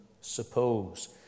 suppose